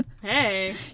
Hey